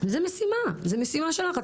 זה משימה שלך.